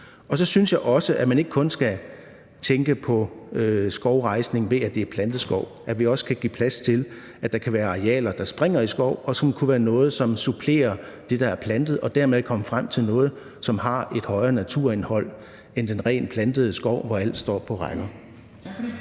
Så synes jeg også, at man ikke kun skal tænke på skovrejsning, ved at det er plantet skov, men at vi også kan give plads til, at der kan være arealer, der springer i skov, og som kunne være noget, som supplerer det, der er plantet, og dermed komme frem til noget, som har et højere naturindhold end den rent plantede skov, hvor alt står på rækker.